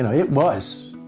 and it was